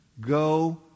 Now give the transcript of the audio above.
Go